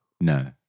No